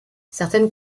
certaines